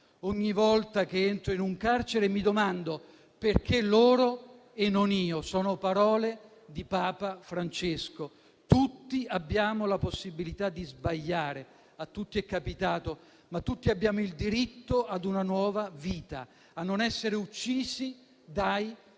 «Ogni volta che entro in un carcere mi domando: perché loro e non io?». Sono parole di Papa Francesco. Tutti abbiamo la possibilità di sbagliare, a tutti è capitato, ma tutti abbiamo il diritto ad una nuova vita, a non essere uccisi dai